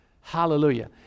Hallelujah